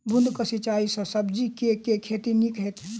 बूंद कऽ सिंचाई सँ सब्जी केँ के खेती नीक हेतइ?